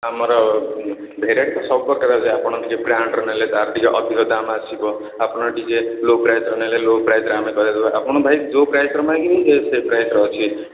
ଆମର ଭେରାଇଟି ତ ସବୁ ପ୍ରକାର ଅଛି ଆପଣ ଯଦି ବ୍ରାଣ୍ଡ୍ର ନେଲେ ତାର ଟିକେ ଅଧିକ ଦାମ୍ ଆସିବ ଆପଣ ଟିକେ ଲୋ ପ୍ରାଇସ୍ର ନେଲେ ଲୋ ପ୍ରାଇସ୍ରେ ଆମେ କରେଇ ଦେବୁ ଆପଣ ଭାଇ ଯେଉଁ ପ୍ରାଇସ୍ର ମାଗିବେ ସେଇ ପ୍ରାଇସ୍ର ଅଛି